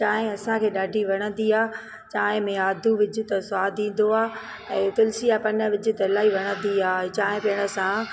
चांहि असांखे ॾाढी वणंदी आहे चांहि में आदु विझ त सवादु ईंदो आहे ऐं तुलसीअ जा पना विझ त इलाही वणंदी आहे चांहि पीअण सां